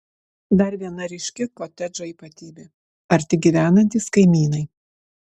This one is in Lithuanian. dar viena ryški kotedžo ypatybė arti gyvenantys kaimynai